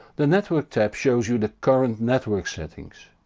the network tab shows you the current network settings.